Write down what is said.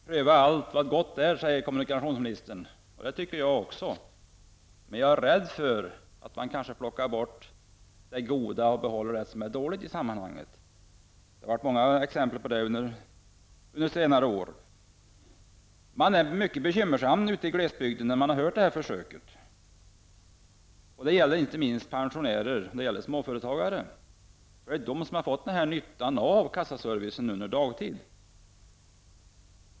Herr talman! Vi skall pröva allt vad gott är, säger kommunikationsministern. Ja, det tycker jag också. Men jag är rädd för att man kanske plockar bort det goda och i stället behåller det som är dåligt i sammanhanget. Det har funnits många exempel på detta under senare år. Människor i glesbygden är mycket bekymrade över det här försöket. Det gäller då inte minst pensionärer och småföretagare. Det är ju dessa kategorier som har haft nytta av kassaservicen under dagtid.